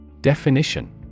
Definition